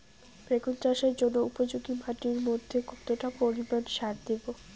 বেগুন চাষের জন্য উপযোগী মাটির মধ্যে কতটা পরিমান সার দেব?